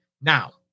Now